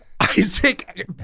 Isaac